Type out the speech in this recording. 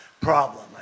problem